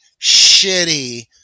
shitty